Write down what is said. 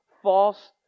false